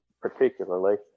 particularly